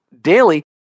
daily